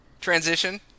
transition